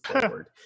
forward